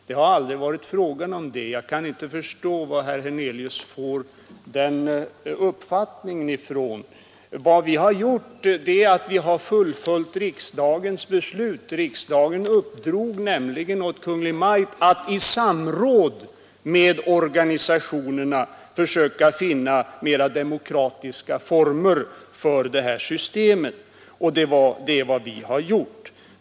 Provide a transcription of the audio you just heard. Det har aldrig varit ssförstånd är att han säger: Från fråga om det, och jag kan inte förstå var herr Hernelius fått den Nr 112 uppfattningen från. Vad vi har gjort är att vi har fullföljt riksdagens Onsdagen den beslut. Riksdagen uppdrog nämligen åt Kungl. Maj:t att i samråd med 6 juni 1973 organisationerna försöka finna mer demokratiska former för belönings ————— systemet — och det är vad vi har gjort.